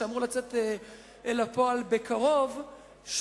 שאמור לצאת לפועל בקרוב,